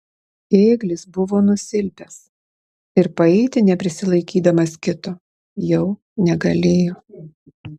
ėglis buvo nusilpęs ir paeiti neprisilaikydamas kito jau negalėjo